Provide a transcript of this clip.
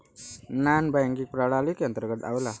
नानॅ banking प्रणाली के अंतर्गत आवेला